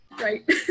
Right